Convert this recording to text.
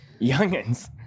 Youngins